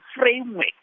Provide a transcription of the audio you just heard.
framework